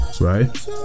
right